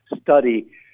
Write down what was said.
study